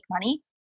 money